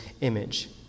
image